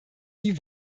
die